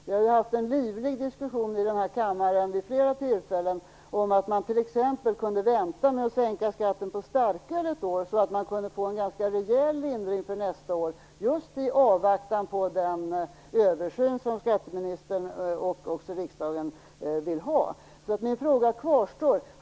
Vi har haft en livlig diskussion i denna kammare vid flera tillfällen om att man t.ex. kunde vänta med att sänka skatten på starköl ett år så att man kunde få en ganska rejäl lindring för nästa år, just i avvaktan på den översyn som skatteministern och också riksdagen vill ha. Min fråga kvarstår.